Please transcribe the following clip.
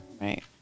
right